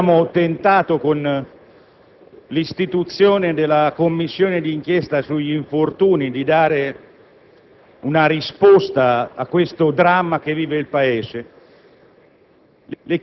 Abbiamo tentato, con l'istituzione della Commissione di inchiesta sugli infortuni sul lavoro, di dare una risposta a questo dramma che vive il Paese.